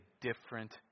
different